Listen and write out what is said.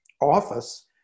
office